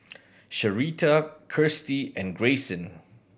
Sherita Kirstie and Grayson